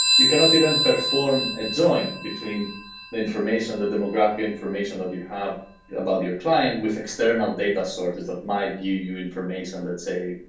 you cannot even perform a join between the information, the demographic information that you have about your client with external data sources that might give you information, let's say,